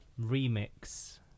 remix